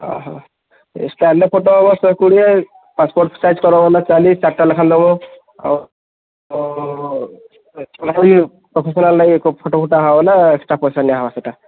ଓହୋ ଏ ଷ୍ଟାଇଲ୍ରେ ଫଟୋ ହେବ ଶହେ କୋଡ଼ିଏ ପାସପୋର୍ଟ ସାଇଜ୍ କର୍ବ ବେଲେ ଚାଲିଶ୍ ଚାର୍ଟା ଲେଖାଁ ନେବ ଆଉ ପ୍ରଫେସନାଲ୍ ଲାଗି ଫଟୋ ଗୁଟା ହେବ ବେଲେ ଏକଷ୍ଟ୍ରା ପଇସା ନିଆହେବ ସେଟା